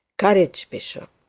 courage, bishop,